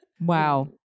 Wow